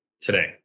today